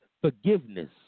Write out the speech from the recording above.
Forgiveness